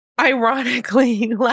ironically